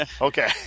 Okay